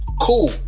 Cool